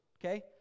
okay